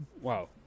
Wow